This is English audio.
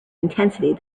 intensity